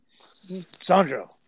Sandro